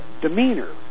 demeanor